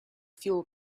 fuel